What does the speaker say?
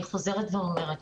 אני חוזרת ואומרת,